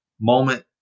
moment